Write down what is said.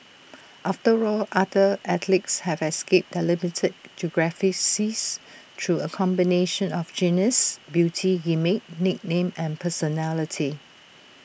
after all other athletes have escaped their limited geographies through A combination of genius beauty gimmick nickname and personality